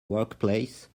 workplace